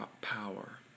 power